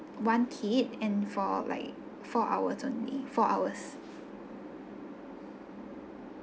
and kid and for like four hour only four hours